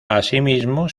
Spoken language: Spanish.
asimismo